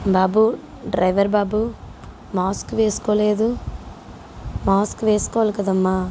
బాబు driver బాబు mask వేసుకోలేదు mask వేసుకోవాలి కదమ్మా